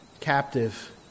captive